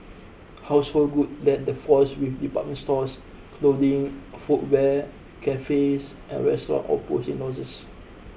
household goods led the falls with department stores clothing footwear cafes and restaurants all posting losses